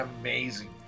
amazing